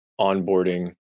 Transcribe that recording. onboarding